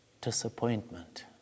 Disappointment